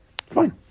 Fine